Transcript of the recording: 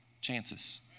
chances